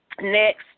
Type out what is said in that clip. Next